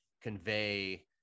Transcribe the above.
convey